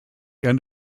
end